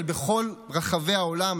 אבל בכל רחבי העולם,